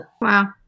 Wow